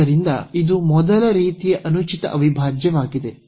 ಆದ್ದರಿಂದ ಇದು ಮೊದಲ ರೀತಿಯ ಅನುಚಿತ ಅವಿಭಾಜ್ಯವಾಗಿದೆ